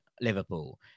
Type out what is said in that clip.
Liverpool